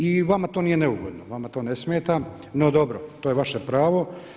I vama to nije neugodno, vama to ne smeta, no dobro to je vaše pravo.